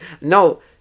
No